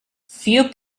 few